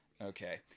Okay